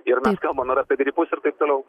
ir kalbant na ir apie gripus ir taip toliau